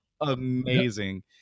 amazing